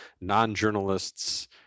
non-journalists